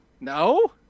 No